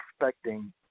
expecting